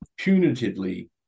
punitively